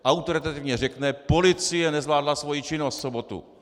Autoritativně řekne: Policie nezvládla svoji činnost v sobotu.